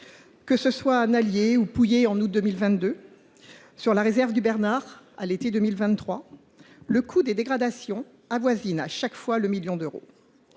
Que ce soit à Nalliers ou à Pouillé en août 2022, ou sur la réserve du Bernard à l’été 2023, le coût des dégradations avoisine à chaque fois le million d’euros.